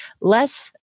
less